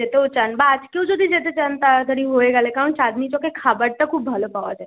যেতেও চান বা আজকেও যদি যেতে চান তাড়াতাড়ি হয়ে গেলে কারণ চাঁদনি চকে খাবারটা খুব ভালো পাওয়া যায়